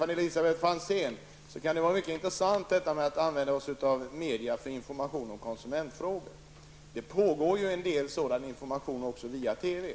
Till Elisabet Franzén: Det kan vara mycket intressant att använda sig av medierna för konsumentinformation i konsumentfrågor. Sådan informationsverksamhet bedrivs en hel del via TV.